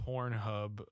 Pornhub